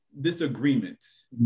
disagreements